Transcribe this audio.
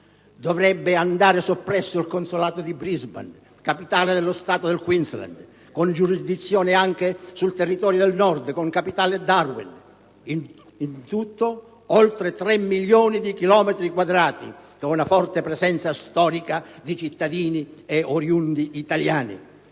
Dovrebbe andare soppresso il consolato di Brisbane, capitale dello Stato del Queensland, con giurisdizione anche sul Northern territory, con capitale Darwin: in tutto oltre 3 milioni di chilometri quadrati, con una forte presenza storica di cittadini e oriundi italiani.